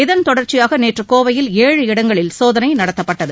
இதன் தொடர்ச்சியாக நேற்று கோவையில் ஏழு இடங்களில் சோதனை நடத்தப்பட்டது